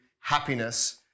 happiness